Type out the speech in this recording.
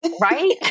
Right